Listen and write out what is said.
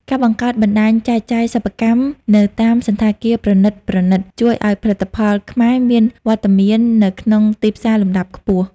ការបង្កើតបណ្ដាញចែកចាយសិប្បកម្មនៅតាមសណ្ឋាគារប្រណីតៗ ជួយឱ្យផលិតផលខ្មែរមានវត្តមាននៅក្នុងទីផ្សារលំដាប់ខ្ពស់។